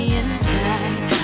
inside